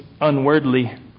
unwordly